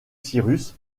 cyrus